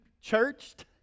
churched